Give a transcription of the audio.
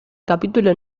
capítulo